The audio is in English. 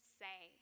say